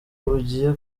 ugiye